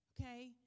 Okay